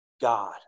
God